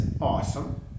awesome